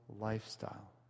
lifestyle